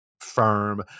firm